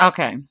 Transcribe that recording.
Okay